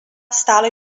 stále